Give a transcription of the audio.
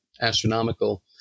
astronomical